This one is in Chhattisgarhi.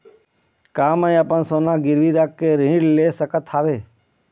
का मैं अपन सोना गिरवी रख के ऋण ले सकत हावे?